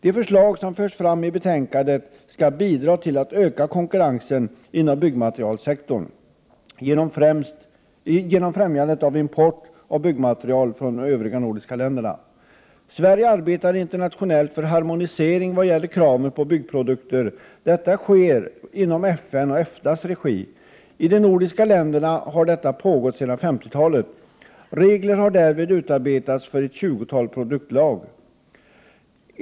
De förslag som förs fram i betänkandet skall bidra till en ökad konkurrens inom byggmaterialsektorn genom att importen av byggmaterial från de övriga nordiska länderna främjas. Sverige arbetar internationellt för en harmonisering vad gäller kraven på byggprodukter. Detta arbete sker i FN:s och EFTA:s regi. I de nordiska länderna har detta arbete pågått sedan 50-talet. Regler har härvid utarbetats för ett tjugotal produktslag.